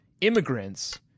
immigrants